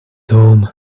home